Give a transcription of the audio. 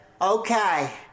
Okay